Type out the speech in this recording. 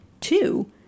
Two